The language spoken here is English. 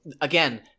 Again